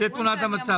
זה תמונת המצב.